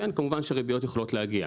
כמובן שריביות יכולות לעלות,